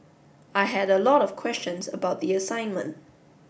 I had a lot of questions about the assignment